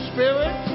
Spirit